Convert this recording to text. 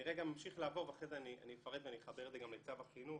אני ממשיך לעבור ואחרי כן אני אפרט ואני אחבר את זה גם לצו החינוך.